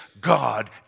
God